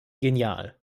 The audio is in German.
genial